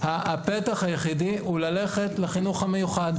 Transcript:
הפתח היחידי הוא ללכת אל החינוך המיוחד.